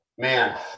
Man